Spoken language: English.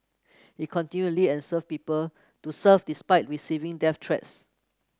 he continually and serve people to serve despite receiving death threats